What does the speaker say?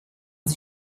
sie